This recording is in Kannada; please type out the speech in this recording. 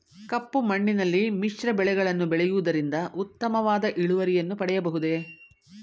ಕಪ್ಪು ಮಣ್ಣಿನಲ್ಲಿ ಮಿಶ್ರ ಬೆಳೆಗಳನ್ನು ಬೆಳೆಯುವುದರಿಂದ ಉತ್ತಮವಾದ ಇಳುವರಿಯನ್ನು ಪಡೆಯಬಹುದೇ?